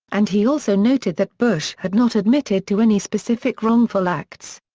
and he also noted that bush had not admitted to any specific wrongful acts.